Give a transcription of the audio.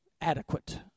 adequate